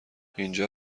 اینجا